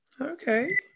Okay